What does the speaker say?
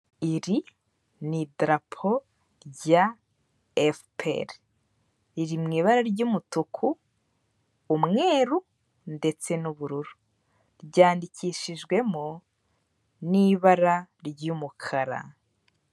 Iri idrapo rya FPR riri mu ibara ry'umutuku, umweru ndetse n'ubururu, ryandikishijwemo n'ibara ry'umukara.